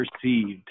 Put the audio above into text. perceived